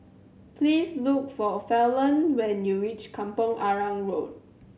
please look for Falon when you reach Kampong Arang Road